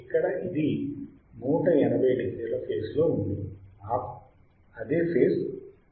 ఇక్కడ ఇది 180 డిగ్రీల ఫేజ్ లో ఉంది నాకు అదే ఫేజ్ కావాలి